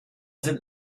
sind